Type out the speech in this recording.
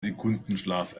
sekundenschlaf